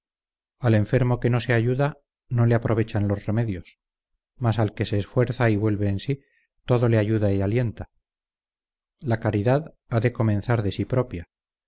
al enfermo que no se ayuda no le aprovechan los remedios mas al que se esfuerza y vuelve en sí todo le ayuda y alienta la caridad ha de comenzar de sí propia